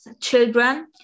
children